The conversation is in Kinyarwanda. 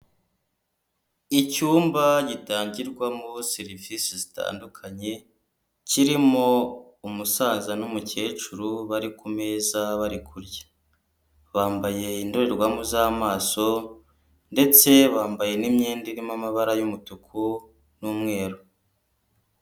Icyumba gitangirwamoho serivisi zitandukanye, kirimo umusaza n'umukecuru, bari kumeza bari kurya, bambaye indorerwamo z'amaso ndetse bambaye n'imyenda irimo amabara y'umutuku n'umweru.